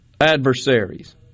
adversaries